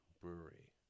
brewery